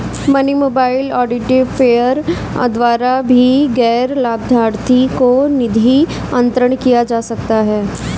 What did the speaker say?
money mobile identifier द्वारा भी गैर लाभार्थी को निधि अंतरण किया जा सकता है